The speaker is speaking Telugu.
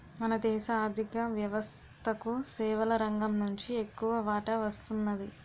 మన దేశ ఆర్ధిక వ్యవస్థకు సేవల రంగం నుంచి ఎక్కువ వాటా వస్తున్నది